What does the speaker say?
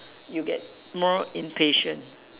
you get more impatient